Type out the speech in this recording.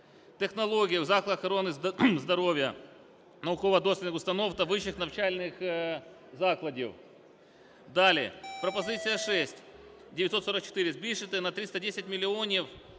технологій в закладах охорони здоров'я, науково-дослідних установ та вищих навчальних закладів". Далі - пропозиція шість, 944: збільшити на 310 мільйонів